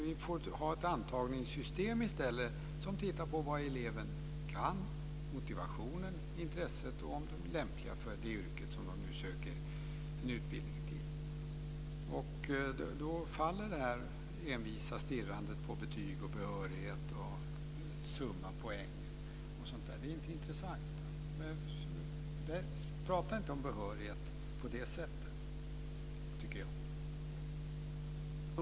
Vi får alltså ha ett antagningssystem i stället där man tittar på vad eleverna kan, motivationen, intresset och om de är lämpliga för det yrke som de nu söker en utbildning till. Då faller det här envisa stirrandet på betyg, behörighet, summa, poäng och sådant. Det är inte intressant. Jag tycker inte att man ska prata om behörighet på det sättet.